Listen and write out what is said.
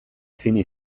fini